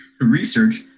research